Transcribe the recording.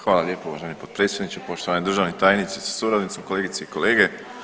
Hvala lijepo uvaženi potpredsjedniče, poštovani državni tajnici sa suradnicom, kolegice i kolege.